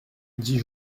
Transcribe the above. dix